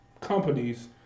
companies